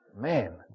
Man